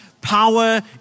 power